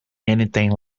anything